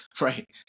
right